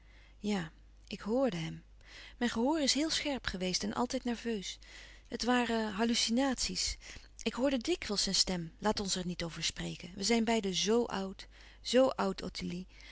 ik ik horde hem mijn gehoor is heel scherp geweest en altijd nerveus het waren hallucinaties ik hoorde dikwijls zijn stem laat ons er niet over spreken wij zijn beiden zo oud zo oud ottilie